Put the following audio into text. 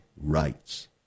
rights